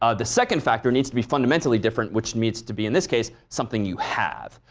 ah the second factor needs to be fundamentally different which needs to be, in this case, something you have.